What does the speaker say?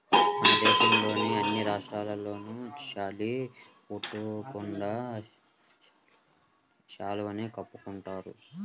మన దేశంలోని అన్ని రాష్ట్రాల్లోనూ చలి పుట్టకుండా శాలువాని కప్పుకుంటున్నారు